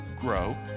grow